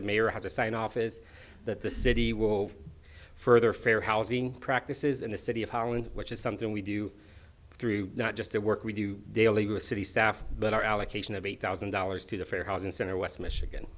the mayor had to sign off is that the city will further fair housing practices in the city of holland which is something we do through not just the work we do daily with city staff but our allocation of eight thousand dollars to the fair housing center west michigan